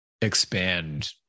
expand